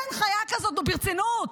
אין חיה כזאת, ברצינות.